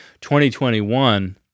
2021